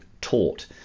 taught